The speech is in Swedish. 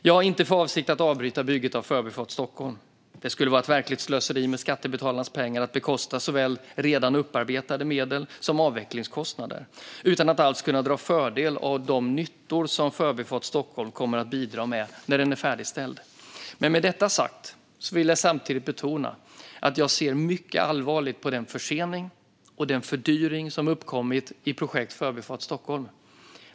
Jag har inte för avsikt att avbryta bygget av Förbifart Stockholm. Det skulle vara ett verkligt slöseri med skattebetalarnas pengar att bekosta såväl redan upparbetade medel som avvecklingskostnader, utan att alls kunna dra fördel av de nyttor Förbifart Stockholm kommer att bidra med när den är färdigställd. Med detta sagt vill jag samtidigt betona att jag ser mycket allvarligt på den försening och fördyring som uppkommit i projekt Förbifart Stockholm.